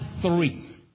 three